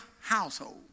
household